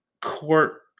court